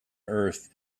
earth